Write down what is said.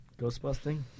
Ghostbusting